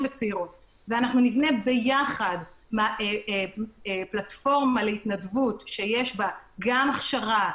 וצעירות ונבנה ביחד פלטפורמה להתנדבות שיש בה גם הכשרה,